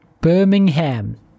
Birmingham